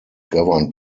governed